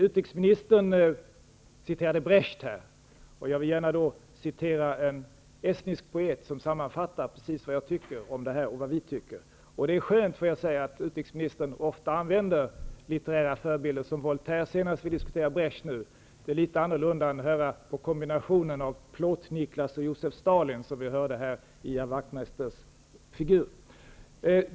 Utrikesministern citerade här Brecht, och jag vill gärna citera en estnisk poet som sammanfattar precis vad vi tycker. Det är skönt, får jag säga, att utrikesministern ofta använder litterära förebilder som Voltaire senast -- och nu alltså Brecht. Det är litet annorlunda än kombinationen av Plåtniklas och Josef Stalin som vi hörde här -- Ian Wachtmeisters figur.